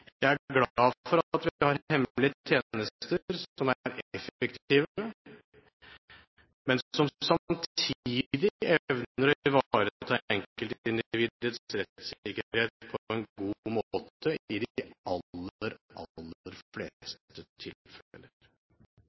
Jeg er glad for at vi har hemmelige tjenester som er effektive, men som samtidig evner å ivareta enkeltindividets rettssikkerhet på en god måte i de aller, aller fleste tilfeller.